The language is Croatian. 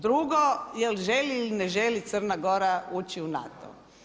Drugo, jel želi ili ne želi Crna Gora ući u NATO?